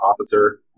officer